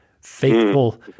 faithful